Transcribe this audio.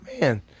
man